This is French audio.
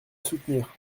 soutenir